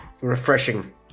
Refreshing